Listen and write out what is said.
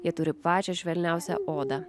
jie turi pačią švelniausią odą